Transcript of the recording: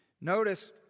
Notice